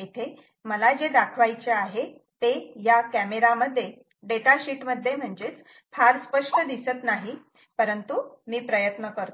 येथे मला जे दाखवायचे आहे ते या कॅमेरा मध्ये डेटा शीट मध्ये फार स्पष्ट दिसत नाही परंतु मी प्रयत्न करतो